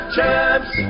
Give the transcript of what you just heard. Champs